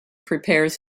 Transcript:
prepares